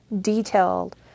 detailed